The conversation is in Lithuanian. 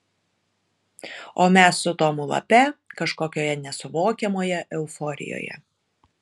o mes su tomu lape kažkokioje nesuvokiamoje euforijoje